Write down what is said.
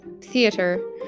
theater